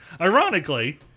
Ironically